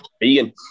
vegan